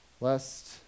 lest